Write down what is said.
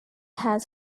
has